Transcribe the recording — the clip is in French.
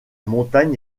montagne